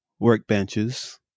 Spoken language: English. workbenches